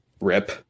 rip